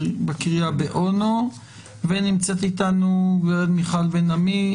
בקריה באונו ונמצאת איתנו הגברת מיכל בן עמי,